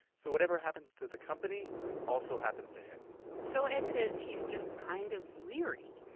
so whatever happens to the company also happens to him so ed says he's just kind of leery.